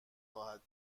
خواهد